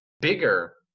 bigger